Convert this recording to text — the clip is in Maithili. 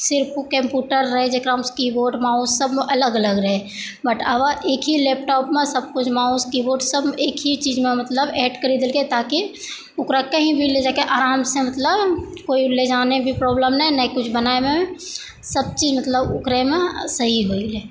सिर्फ उ कंप्यूटर रहै जकरामे कीबोर्ड माउस सब अलग अलग रहै बट आब एकही लैपटॉपमे सबकुछ माउस कीबोर्ड सब एकही चीजमे मतलब ऐड करी देलकै ताकि ओकरा कहि भी ले जाके आरामसँ मतलब कोइ ले जानेमे भी प्रॉब्लम ने ने कुछ बनाबैमे सबचीज मतलब ओकरेमे सही होइ गेलै